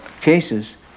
cases